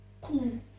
cool